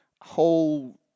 whole